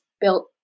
built